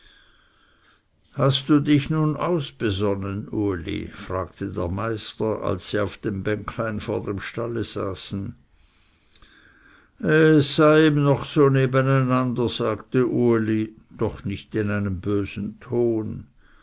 hast du dich nun ausbesonnen uli fragte der meister als sie auf dem bänklein vor dem stalle saßen es sei ihm noch so nebeneinander sagte uli doch nicht in einem bösen ton